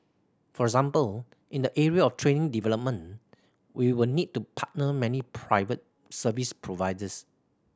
for example in the area of training development we will need to partner many private service providers